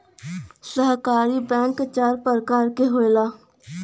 सहकारी बैंक चार परकार के होला